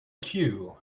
queue